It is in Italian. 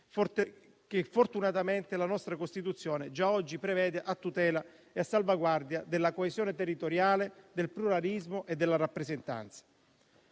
che fortunatamente la nostra Costituzione già oggi prevede a tutela e a salvaguardia della coesione territoriale, del pluralismo e della rappresentanza,